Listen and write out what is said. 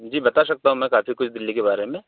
जी बता सकता हूँ मैं काफ़ी कुछ दिल्ली के बारे में